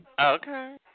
Okay